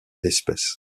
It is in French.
espèces